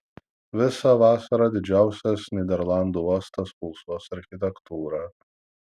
visą vasarą didžiausias nyderlandų uostas pulsuos architektūra